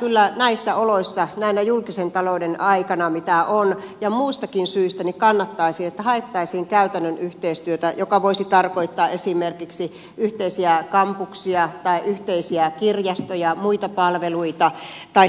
kyllä näissä oloissa näinä julkisen talouden aikoina mitä on ja muustakin syystä kannattaisin sitä että haettaisiin käytännön yhteistyötä joka voisi tarkoittaa esimerkiksi yhteisiä kampuksia tai yhteisiä kirjastoja muita palveluita tai